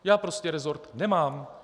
Já prostě resort nemám.